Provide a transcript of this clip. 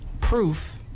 proof